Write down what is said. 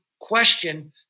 question